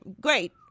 Great